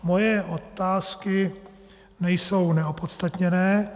Moje otázky nejsou neopodstatněné.